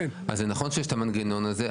אז זה נכון שיש את המנגנון הזה,